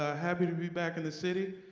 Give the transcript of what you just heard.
ah happy to be back in the city.